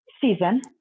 season